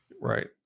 Right